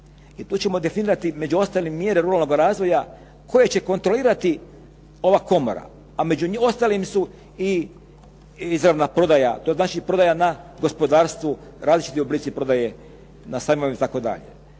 i tu ćemo definirati među ostalim i mjere ruralnog razvoja koje će kontrolirati ova komora a među ostalim su i izravna prodaja, to znači prodaja na gospodarstvu, različiti oblici prodaje, na sajmu itd..